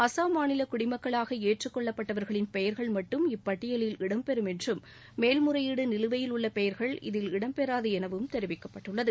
அசாம் மாநில குடிமக்களாக ஏற்றுக்கொள்ளப்பட்டவர்களின் பெயர்கள் மட்டும் இப்பட்டியலில் இடம் பெறும் என்றும் மேல் முறையீடு நிலுவையில் உள்ள பெயர்கள் இதில் இடம் பெறாது என தெரிவிக்கப்பட்டது